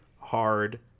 Hard